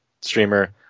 streamer